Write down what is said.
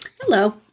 Hello